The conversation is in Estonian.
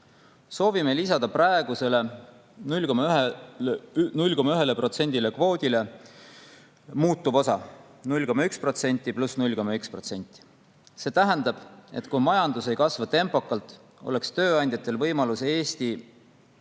Soovime lisada praegusele 0,1%-lisele kvoodile muutuvosa, 0,1% + 0,1%. See tähendab, et kui majandus ei kasva tempokalt, oleks tööandjatel võimalus Eesti